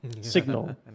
signal